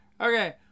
Okay